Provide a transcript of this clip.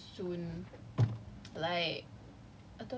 most of my assignments are due soon